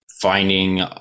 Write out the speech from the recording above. finding